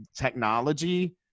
technology